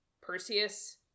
Perseus